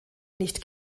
nicht